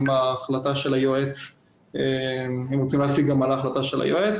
אם רוצים להסיג גם על ההחלטה של היועץ,